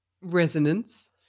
resonance